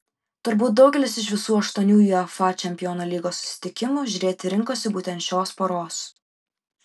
turbūt daugelis iš visų aštuonių uefa čempionų lygos susitikimų žiūrėti rinkosi būtent šios poros